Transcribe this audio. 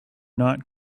not